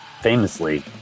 famously